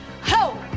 Ho